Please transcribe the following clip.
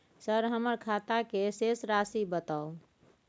Sir हमर खाता के शेस राशि बताउ?